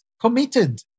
committed